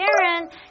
Karen